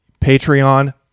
Patreon